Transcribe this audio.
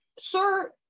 sir